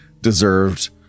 deserved